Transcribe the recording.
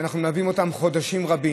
שאנחנו מלווים אותם חודשים רבים,